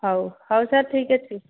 ହେଉ ହେଉ ସାର୍ ଠିକ୍ ଅଛି